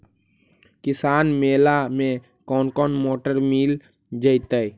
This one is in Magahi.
किसान मेला में कोन कोन मोटर मिल जैतै?